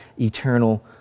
eternal